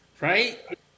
Right